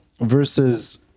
versus